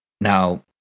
Now